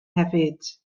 hefyd